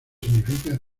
significa